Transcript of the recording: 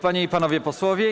Panie i Panowie Posłowie!